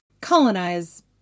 colonize